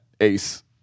Ace